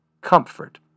comfort